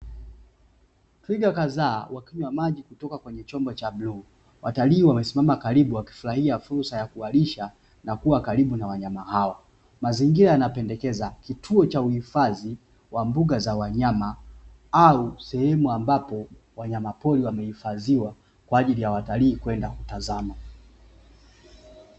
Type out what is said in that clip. Twiga kadhaa wakinywa maji kutoka kwenye chombo cha bluu watalii wamesimama karibu wakifurahia fursa ya kufurahisha na kuwa karibu na wanyama hawa. Mazingira yanapendekeza kituo cha uhifadhi wa mbuga za wanyama au sehemu ambapo wanyama pori wanahifadhiwa kwajili ya watalii kwenda kutazama.